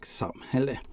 samhälle